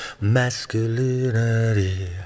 masculinity